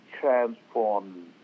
transform